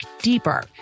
deeper